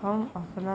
हम अपन